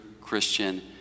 Christian